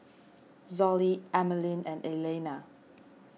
Zollie Emmaline and Elaina